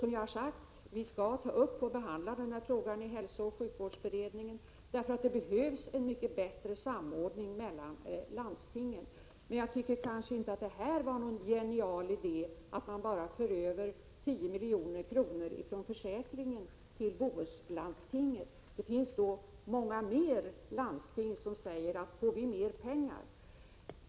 Som jag har sagt skall vi ta upp och behandla den här frågan i hälsooch sjukvårdsberedningen — det behövs en mycket bättre samordning mellan landstingen. Men jag tycker inte att det är någon genial idé att bara föra över 10 milj.kr. från försäkringen till Bohuslandstinget — det finns många fler landsting som säger: Ge oss mer pengar!